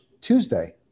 Tuesday